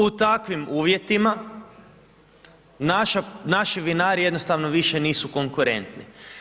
U takvim uvjetima naši vinari jednostavno više nisu konkurentni.